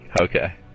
Okay